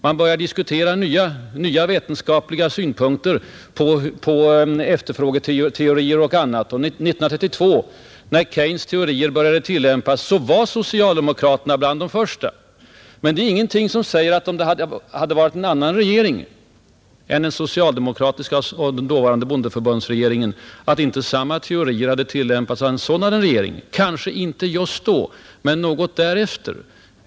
Man började diskutera nya vetenskapliga synpunkter på efterfrågeteorier och annat, och 1932, när Keynes” teorier började tillämpas, var socialdemokraterna bland de första. Men det är ingenting som säger att, om det hade varit en annan regering än den som bildades av socialdemokraterna och det dåvarande bondeförbundet, inte samma teorier hade tillämpats av en sådan regering. Kanske inte just då men något därefter.